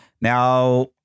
Now